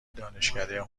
دانشکده